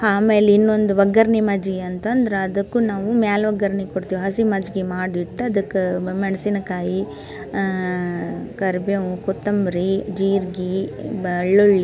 ಆಮೇಲೆ ಇನ್ನೊಂದು ಒಗ್ಗರ್ಣೆ ಮಜ್ಗೆ ಅಂತಂದ್ರೆ ಅದಕ್ಕೂ ನಾವು ಮೇಲೆ ಒಗ್ಗರ್ಣೆ ಕೊಡ್ತೀವಿ ಹಸಿ ಮಜ್ಗೆ ಮಾಡಿಟ್ಟು ಅದಕ್ಕೆ ಮೆಣಸಿನಕಾಯಿ ಕರಿಬೇವು ಕೊತ್ತಂಬರಿ ಜೀರ್ಗೆ ಬೆಳ್ಳುಳ್ಳಿ